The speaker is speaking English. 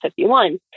51